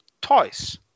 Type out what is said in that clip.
toys